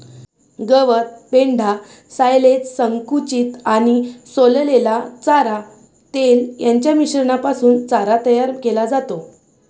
गवत, पेंढा, सायलेज, संकुचित आणि सोललेला चारा, तेल यांच्या मिश्रणापासून चारा तयार केला जातो